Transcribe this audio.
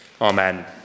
Amen